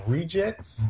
Rejects